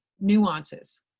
nuances